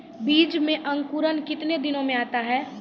बीज मे अंकुरण कितने दिनों मे आता हैं?